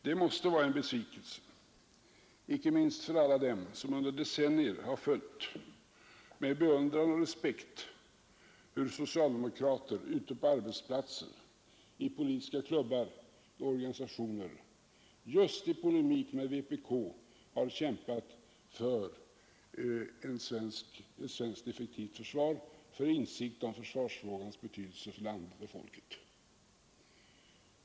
Det måste vara en besvikelse, inte minst för alla dem som under decennier med beundran och respekt följt hur socialdemokrater ute på arbetsplatser samt i politiska klubbar och organisationer just i polemik med vpk har kämpat för ett effektivt svenskt försvar och för insikt om försvarsfrågans betydelse för landet och folket.